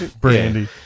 brandy